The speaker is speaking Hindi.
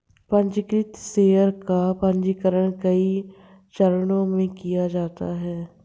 पन्जीकृत शेयर का पन्जीकरण कई चरणों में किया जाता है